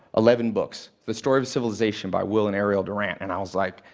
eleven books. the story of civilization, by will and ariel durant. and i was like,